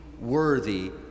worthy